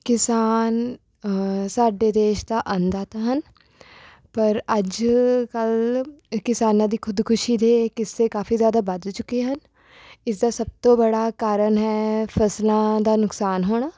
ਕਿਸਾਨ ਸਾਡੇ ਦੇਸ਼ ਦਾ ਅੰਨਦਾਤਾ ਹਨ ਪਰ ਅੱਜ ਕੱਲ੍ਹ ਕਿਸਾਨਾਂ ਦੀ ਖੁਦਕੁਸ਼ੀ ਦੇ ਕਿੱਸੇ ਕਾਫੀ ਜ਼ਿਆਦਾ ਵੱਧ ਚੁੱਕੇ ਹਨ ਇਸ ਦਾ ਸਭ ਤੋਂ ਬੜਾ ਕਾਰਨ ਹੈ ਫਸਲਾਂ ਦਾ ਨੁਕਸਾਨ ਹੋਣਾ